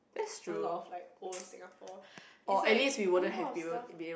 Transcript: a lot of like old Singapore it's like a lot of stuff